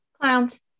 Clowns